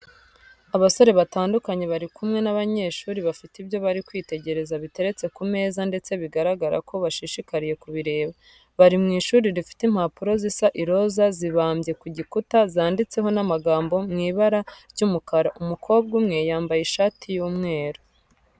Abasore batandukanye bari kumwe n'abanyeshuri bafite ibyo bari kwitegereza biteretse ku meza ndetse bigaragara ko bashishikariye kubireba. Bari mu ishuri rifite impapuro zisa iroza zibambye ku gikuta zanditseho n'amagambo mu ibara ry'umukara. Umukobwa umwe yambaye ishati y'umweru.